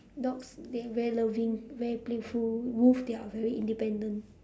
dogs they are very loving very playful wolf they are very independent